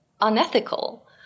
unethical